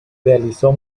realizó